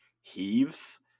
heaves